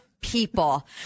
people